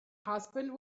husband